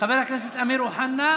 חבר הכנסת אמיר אוחנה,